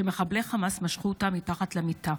כשמחבלי חמאס משכו אותה מתחת למיטה,